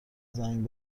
زنگ